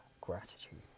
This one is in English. gratitude